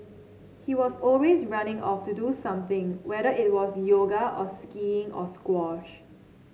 he was always running off to do something whether it was yoga or skiing or squash